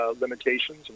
limitations